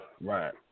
Right